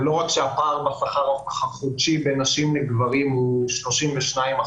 זה לא רק שהפער בשכר החודשים בין המינים עומד על 32%,